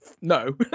no